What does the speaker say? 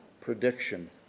prediction